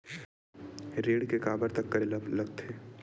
ऋण के काबर तक करेला लगथे?